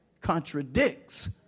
contradicts